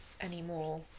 anymore